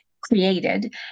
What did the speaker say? created